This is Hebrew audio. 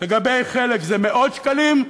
לגבי חלק זה מאות שקלים,